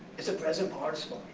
it's a present participle.